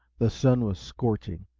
the sun was scorching,